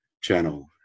channel